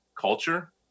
culture